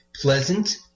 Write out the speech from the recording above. pleasant